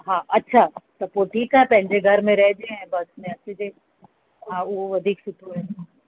हा अच्छा त पोइ ठीकु आहे पंहिंजे घर में रहजे ऐं बस में अचिजे हा उहो वधीक सुठो आहे